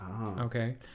Okay